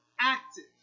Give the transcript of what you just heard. active